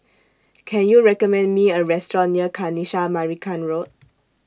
Can YOU recommend Me A Restaurant near Kanisha Marican Road